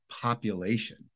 population